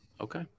Okay